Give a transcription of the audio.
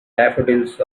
daffodils